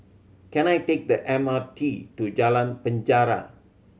can I take the M R T to Jalan Penjara